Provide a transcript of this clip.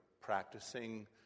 practicing